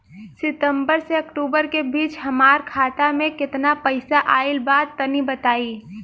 सितंबर से अक्टूबर के बीच हमार खाता मे केतना पईसा आइल बा तनि बताईं?